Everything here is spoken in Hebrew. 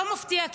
לא מפתיע.